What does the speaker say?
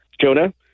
Jonah